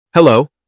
Hello